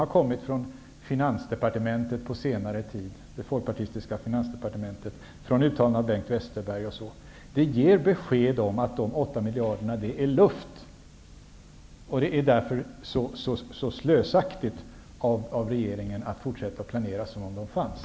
Allt som har kommit från det folkpartistiska Finansdepartementet på senare tid genom uttalanden av Bengt Westerberg bl.a. ger besked om att de 8 miljarderna är luft. Därför är det så slösaktigt av regeringen att fortsätta att planera som om de fanns.